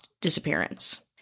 disappearance